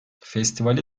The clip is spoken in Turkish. festivale